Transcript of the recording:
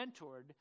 mentored